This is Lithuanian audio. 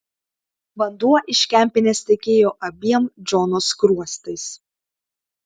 vanduo iš kempinės tekėjo abiem džono skruostais